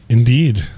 Indeed